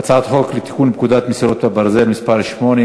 הצעת חוק לתיקון פקודת מסילות הברזל (מס' 8),